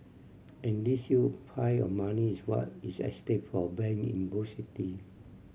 and this huge pile of money is what is at stake for bank in both city